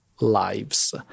lives